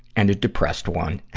and a depressed one